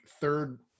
third